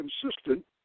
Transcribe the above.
consistent